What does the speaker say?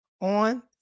on